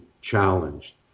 challenged